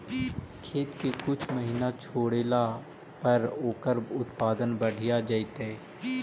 खेत के कुछ महिना छोड़ला पर ओकर उत्पादन बढ़िया जैतइ?